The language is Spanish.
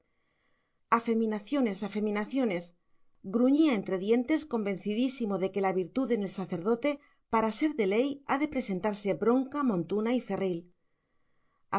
la simonía afeminaciones afeminaciones gruñía entre dientes convencidísimo de que la virtud en el sacerdote para ser de ley ha de presentarse bronca montuna y cerril